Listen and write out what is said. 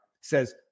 says